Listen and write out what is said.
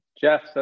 Jeff